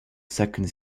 second